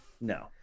No